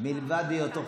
רגע.